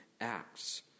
acts